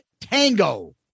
tango